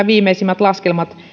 viimeisimmistä laskelmista